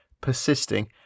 persisting